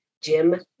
Jim